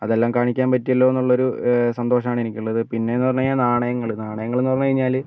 അതെല്ലാം കാണിക്കാൻ പറ്റിയല്ലോ എന്നുള്ളൊരു സന്തോഷമാണ് എനിക്ക് ഉള്ളത് പിന്നെ എന്ന് പറഞ്ഞാൽ നാണയങ്ങൾ നാണയങ്ങൾ എന്ന് പറഞ്ഞു കഴിഞ്ഞാൽ